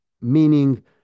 meaning